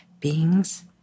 beings